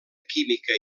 química